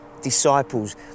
disciples